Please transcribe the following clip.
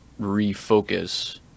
refocus